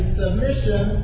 submission